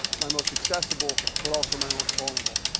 my most accessible, but also my most vulnerable.